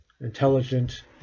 intelligent